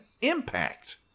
impact